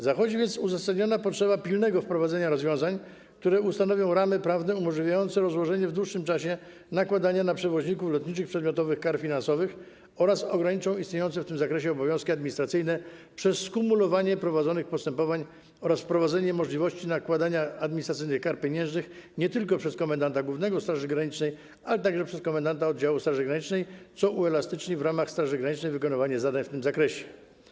Zachodzi więc uzasadniona potrzeba pilnego wprowadzenia rozwiązań, które ustanowią ramy prawne umożliwiające rozłożenie w dłuższym czasie nakładania na przewoźników lotniczych przedmiotowych kar finansowych oraz spowodują ograniczenie istniejących w tym zakresie obowiązków administracyjnych przez skumulowanie prowadzonych postępowań oraz wprowadzenie możliwości nakładania administracyjnych kar pieniężnych nie tylko przez komendanta głównego Straży Granicznej, ale także komendanta oddziału Straży Granicznej, co spowoduje uelastycznienie w ramach Straży Granicznej wykonywania zadań w tym zakresie.